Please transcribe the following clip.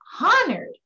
honored